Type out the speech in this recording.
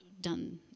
done